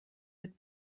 wird